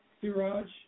Siraj